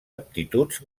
aptituds